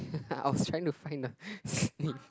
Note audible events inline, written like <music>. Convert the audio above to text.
<laughs> I was trying to find the